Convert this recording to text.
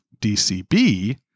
DCB